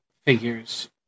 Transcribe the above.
figures